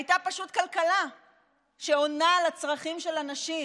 הייתה פשוט כלכלה שעונה על הצרכים של אנשים.